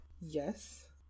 yes